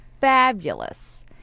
fabulous